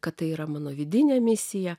kad tai yra mano vidinė misija